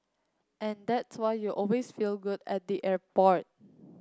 and that's why you always feel good at the airport